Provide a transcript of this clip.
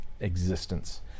existence